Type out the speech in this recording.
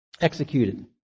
executed